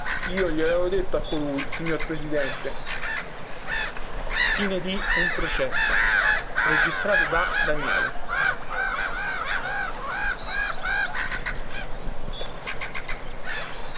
io glielo avevo detto a colui signor presidente questo testo è stato riletto e controllato la